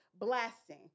Blasting